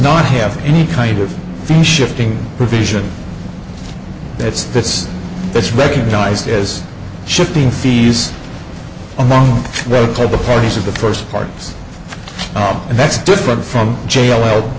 not have any kind of the shifting provision that's that's that's recognized as shifting fees among rotel the purpose of the first parts and that's different from jail